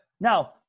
now